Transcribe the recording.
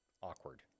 awkward